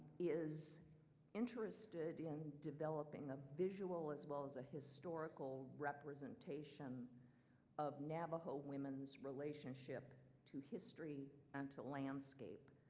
is interested in developing a visual as well as a historical representation of navajo women's relationship to history and to landscape.